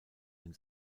den